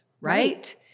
Right